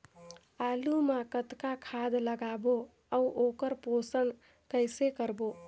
आलू मा कतना खाद लगाबो अउ ओकर पोषण कइसे करबो?